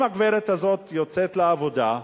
אם הגברת הזאת יוצאת לעבודה,